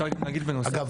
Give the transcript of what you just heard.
אגב,